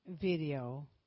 video